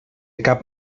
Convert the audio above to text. cap